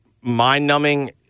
mind-numbing